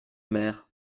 mère